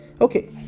okay